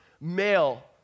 male